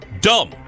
dumb